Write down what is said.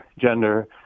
gender